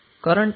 તે જોઈએ